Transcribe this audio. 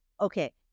okay